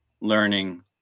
learning